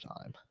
time